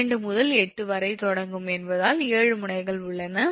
2 முதல் 8 வரை தொடங்கும் என்பதால் 7 முனைகள் உள்ளன